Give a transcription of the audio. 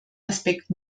aspekt